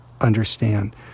understand